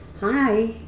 Hi